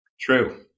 True